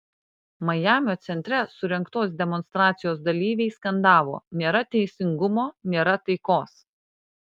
majamio centre surengtos demonstracijos dalyviai skandavo nėra teisingumo nėra taikos